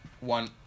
One